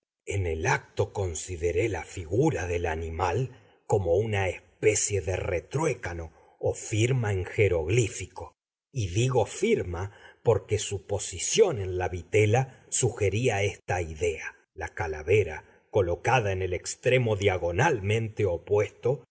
en el acto consideré la figura del animal como una especie de retruécano o firma en jeroglífico y digo firma porque su posición en la vitela sugería esta idea la calavera colocada en el extremo diagonalmente opuesto